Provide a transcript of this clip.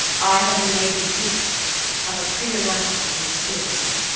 i have been made the dupe of a preternatural conspiracy.